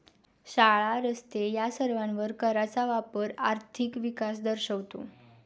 शाळा, रस्ते या सर्वांवर कराचा वापर आर्थिक विकास दर्शवतो